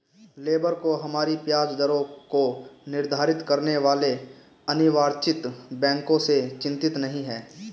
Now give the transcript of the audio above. labour को हमारी ब्याज दरों को निर्धारित करने वाले अनिर्वाचित बैंकरों से चिंतित नहीं है